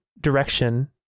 direction